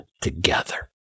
together